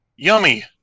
Yummy